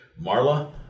Marla